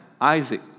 Isaac